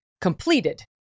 completed